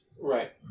Right